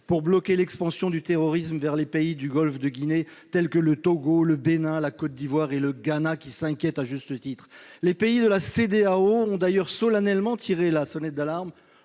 pour bloquer l'expansion du terrorisme vers les pays du golfe de Guinée, tels que le Togo, le Bénin, la Côte d'Ivoire et le Ghana qui s'inquiètent à juste titre. Les pays de la Cédéao ont d'ailleurs solennellement tiré la sonnette d'alarme